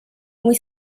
muy